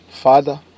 Father